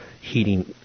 heating